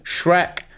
Shrek